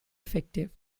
effective